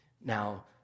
Now